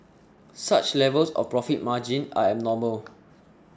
such levels of profit margin are abnormal